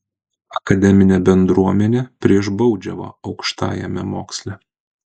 akademinė bendruomenė prieš baudžiavą aukštajame moksle